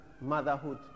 motherhood